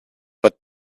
but